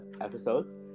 episodes